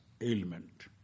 ailment